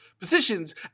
positions